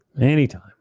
Anytime